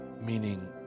meaning